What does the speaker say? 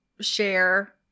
share